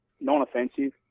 non-offensive